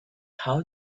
how